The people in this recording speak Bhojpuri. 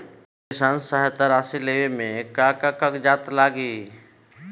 किसान सहायता राशि लेवे में का का कागजात लागी?